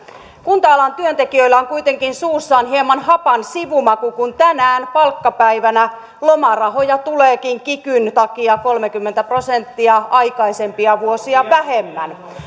kunta alan työntekijöillä on kuitenkin suussaan hieman hapan sivumaku kun tänään palkkapäivänä lomarahoja tuleekin kikyn takia kolmekymmentä prosenttia aikaisempia vuosia vähemmän